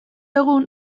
egun